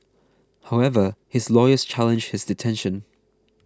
however his lawyers challenged his detention